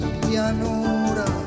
pianura